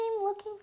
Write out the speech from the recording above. looking